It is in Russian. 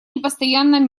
непостоянном